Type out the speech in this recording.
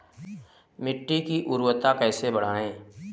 मिट्टी की उर्वरता कैसे बढ़ाएँ?